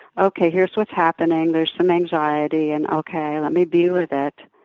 okay, here's what's happening. there's some anxiety and, okay, let me be with it,